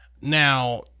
Now